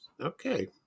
okay